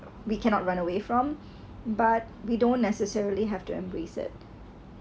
we cannot run away from but we don't necessarily have to embrace it